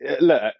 look